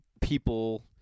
people